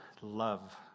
love